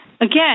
Again